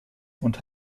und